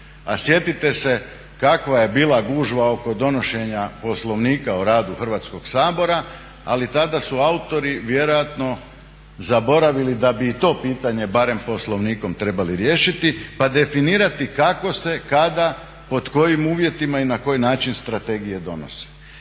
sjetite se kakva je bila gužva oko donošenja Poslovnika o radu Hrvatskog sabora, ali tada su autori vjerojatno zaboravili da bi i to pitanje barem Poslovnikom trebali riješiti pa definirati kako se, kada, pod kojim uvjetima i na koji način strategije donose.